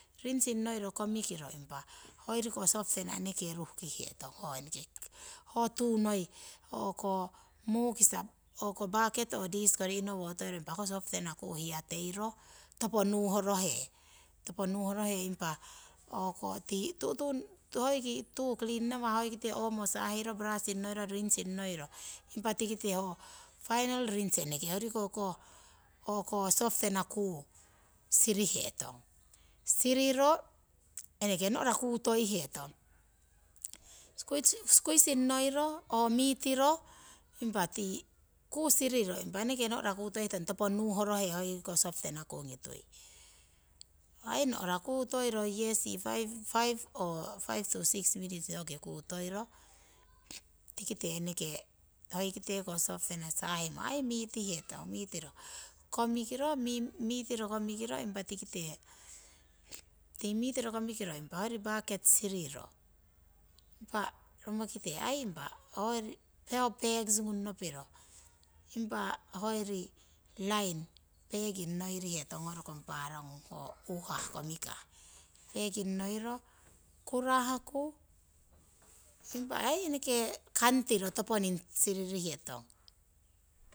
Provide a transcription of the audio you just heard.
Rinsing ngoiro komikiro eneke hoiriko softener eneke ru'hkihetong ho tu noi mukisa bucket or diskori ihrowa toiro softena kuuhiateiro topo ruhorohe impatii tuu klin nowah hoikite omo sahiro brushing noiro rinsing noiro impah tikite n final rinse ho tikokoh softena kuu sihetong. Siriro eneke norah kotoihetong squesing noiro homitiro hoóku sinro impah nora kutoiro topo nuhorohe oiko softener kugitui. Ho aii norah kutoiro yesi five o six minits hoki kutoiro tiki teh oikite sofener sahiro aii mohetong. Mitiro komikiro impah tikite hoyori bucket siriho impah romokite aii ho'packsgung nopiro impah hayori line peking noiri hetong rokong parogung no u'hah komikah kuraku impah aii eneke kantiro toponing siririhetong